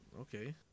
Okay